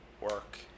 work